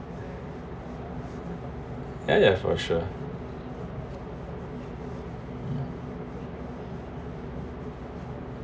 ya ya for sure